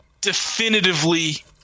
definitively